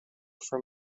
from